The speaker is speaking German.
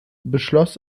beschloss